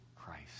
Christ